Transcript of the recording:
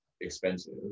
expensive